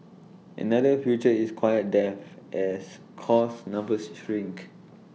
another future is quiet death as course numbers shrink